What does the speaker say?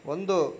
ಒಂದು